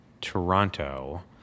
Toronto